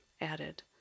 added